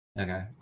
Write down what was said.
Okay